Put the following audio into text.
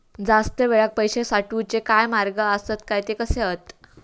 जास्त वेळाक पैशे साठवूचे काय मार्ग आसत काय ते कसे हत?